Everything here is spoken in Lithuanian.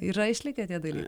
yra išlikę tie dalykai